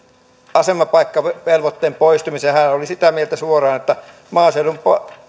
asemapaikkavelvoitteen poistumiseen hän oli sitä mieltä suoraan että maaseudun